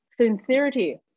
sincerity